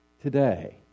today